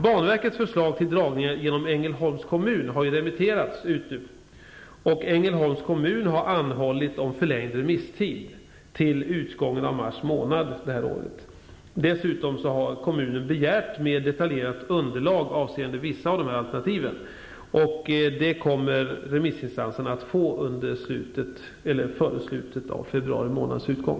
Banverkets förslag till dragning genom Ängelholms kommun har remitterats, och Ängelholms kommun har anhållit om förlängd remisstid till utgången av mars månad detta år. Dessutom har kommunen begärt ett mer detaljerat underlag avseende vissa av dessa alternativ. Det kommer remissinstanserna att få före februari månads utgång.